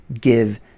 give